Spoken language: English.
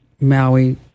Maui